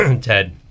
Ted